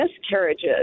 miscarriages